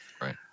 Right